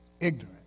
ignorant